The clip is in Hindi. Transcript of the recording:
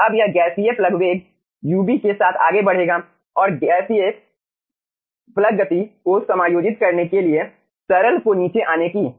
अब यह गैसीय प्लग वेग ub के साथ आगे बढ़ेगा और उस गैसीय प्लग गति को समायोजित करने के लिए तरल को नीचे आने की जरूरत है